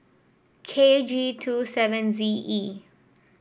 K G two seven Z E